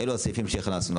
אלה הסעיפים שהכנסנו,